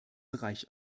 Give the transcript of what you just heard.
bereich